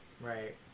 Right